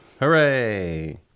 hooray